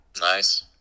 Nice